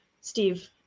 Steve